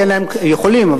הם יכולים,